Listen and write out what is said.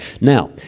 Now